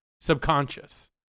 subconscious